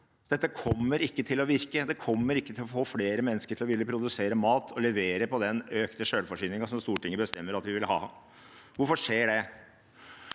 dette kommer ikke til å virke, det kommer ikke til å få flere mennesker til å ville produsere mat og levere på den økte selvforsyningen som Stortinget bestemmer at vi vil ha. Hvorfor skjer det?